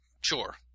Sure